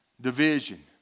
division